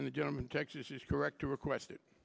and the gentleman texas is correct to request it